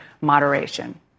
moderation